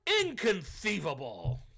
Inconceivable